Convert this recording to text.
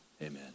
Amen